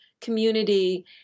community